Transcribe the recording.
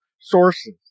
sources